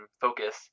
focus